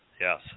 Yes